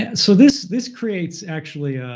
and so this this creates, actually, ah